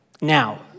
Now